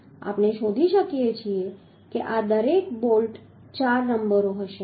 આપણે શોધી શકીએ છીએ કે આ દરેક બોલ્ટ ચાર નંબરો હશે